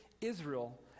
Israel